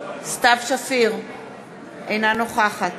אינה נוכחת